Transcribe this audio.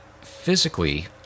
physically